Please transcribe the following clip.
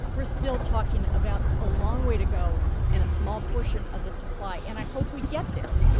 we're still talking about a long way to go and a small portion of the supply, and i hope we get there.